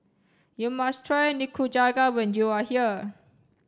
you must try Nikujaga when you are here